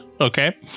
Okay